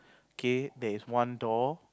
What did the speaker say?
K there is one door